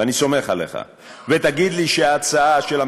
אם הוא אומר שזה נכון, הטענה, שיוריד את ההצעה.